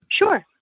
Sure